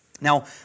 Now